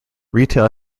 retail